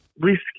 Risk